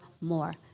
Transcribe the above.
more